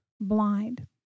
blind